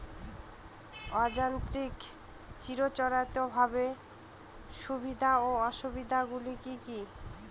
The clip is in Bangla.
অযান্ত্রিক চিরাচরিতভাবে সুবিধা ও অসুবিধা গুলি কি কি?